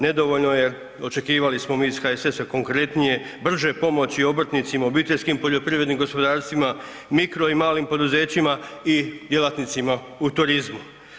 Nedovoljno jel očekivali smo mi iz HSS-a konkretnije, brže pomoći obrtnicima, obiteljskim poljoprivrednim gospodarstvima, mikro i malim poduzećima i djelatnicima u turizmu.